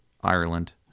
Ireland